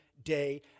day